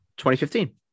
2015